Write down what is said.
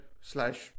slash